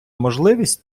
можливість